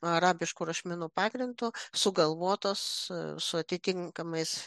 arabiškų rašmenų pagrindu sugalvotos su atitinkamais